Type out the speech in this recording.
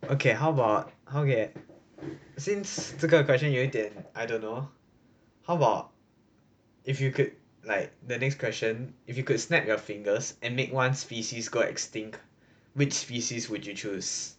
okay how about okay since 这个 question 有一点 I don't know how about if you could like the next question if you could snap your fingers and make one species go extinct which species would you choose